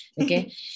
Okay